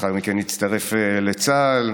לאחר מכן הצטרף לצה"ל,